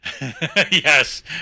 Yes